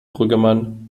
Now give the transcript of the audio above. brüggemann